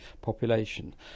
population